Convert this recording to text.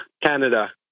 Canada